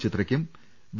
ചിത്രയ്ക്കും V